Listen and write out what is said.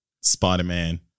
Spider-Man